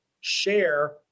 share